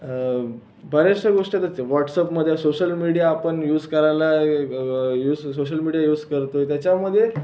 बऱ्याचशा गोष्टी आता त्या व्हॉटस्पमध्ये सोशल मीडिया आपण यूज करायला यूज सोशल मीडिया यूज करतोय त्याच्यामध्ये